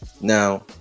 Now